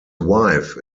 wife